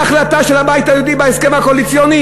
מה ההחלטה של הבית היהודי בהסכם הקואליציוני?